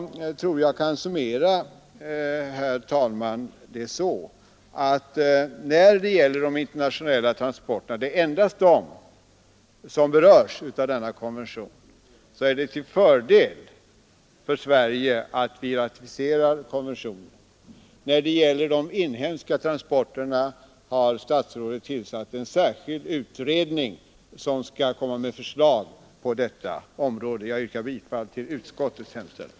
Jag tror att jag kan summera det hela så att det när det gäller de internationella transporterna — det är endast de som berörs av denna konvention — är till fördel för Sverige att vi ratificerar konventionen. När det gäller transporterna inom landet har statsrådet tillsatt en särskild utredning, som skall lägga fram förslag på området. Jag yrkar bifall till utskottets hemställan.